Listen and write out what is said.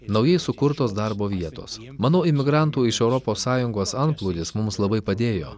naujai sukurtos darbo vietos manau imigrantų iš europos sąjungos antplūdis mums labai padėjo